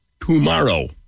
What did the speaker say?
Tomorrow